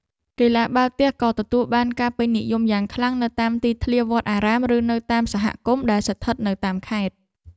កីឡាបាល់ទះក៏ទទួលបានការពេញនិយមយ៉ាងខ្លាំងនៅតាមទីធ្លាវត្តអារាមឬនៅតាមសហគមន៍ដែលស្ថិតនៅតាមខេត្ត។